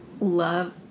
love